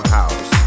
house